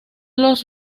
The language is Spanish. los